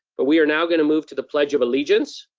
but we are now going to move to the pledge of allegiance,